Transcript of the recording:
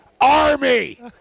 Army